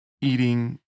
eating